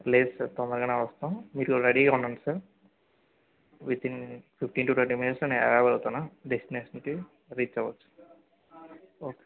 లేదు సార్ తొందరగానే వస్తాము మీరు రెడీగా ఉడండి sir with in fifteen to twenty మినిట్స్లో నేను అరైవ్ అవ్వగలుగుతాను డెస్టినేషన్కి రీచ్ అవ్వచ్చు ఓకే